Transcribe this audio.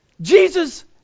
Jesus